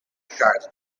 sharks